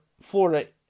Florida